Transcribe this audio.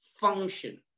function